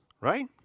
right